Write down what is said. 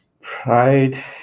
pride